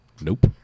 Nope